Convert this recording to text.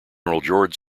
george